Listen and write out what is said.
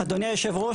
אדוני יושב הראש,